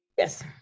Yes